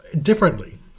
Differently